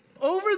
Over